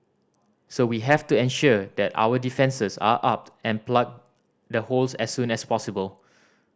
so we have to ensure that our defences are up and plug the holes as soon as possible